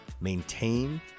maintain